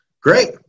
Great